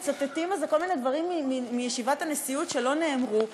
מצטטים כל מיני דברים מישיבת הנשיאות שלא נאמרו.